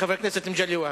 חבר הכנסת מגלי והבה,